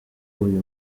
uyu